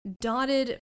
dotted